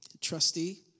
trustee